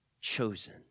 chosen